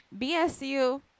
bsu